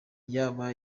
yaba